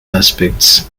aspects